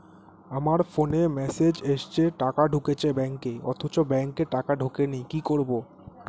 আমার ফোনে মেসেজ এসেছে টাকা ঢুকেছে ব্যাঙ্কে অথচ ব্যাংকে টাকা ঢোকেনি কি করবো?